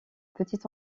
petit